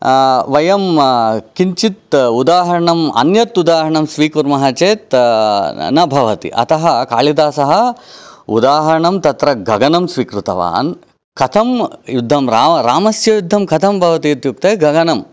वयं किञ्चित् उदाहरणं अन्यत् उदाहरणं स्वीकुर्मः चेत् न भवति अतः कालिदासः उदाहरणं तत्र गगनं स्वीकृतवान् कथं युद्धं रा रामस्य युद्धं कथं भवति इत्युक्ते गगनम्